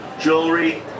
jewelry